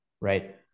Right